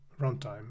runtime